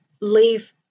leave